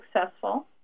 successful